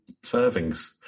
servings